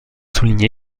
souligne